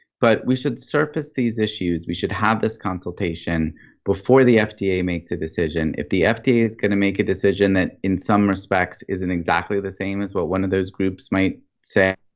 but we should surface these issues we should have this consultation before the fda makes a decision. if the fda is going to make a decision that in some respects isn't exactly the same as what one of those groups might say,